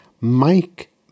Mike